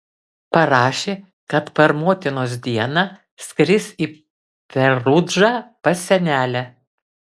parašė kad per motinos dieną skris į perudžą pas senelę